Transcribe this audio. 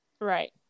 right